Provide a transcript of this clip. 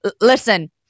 listen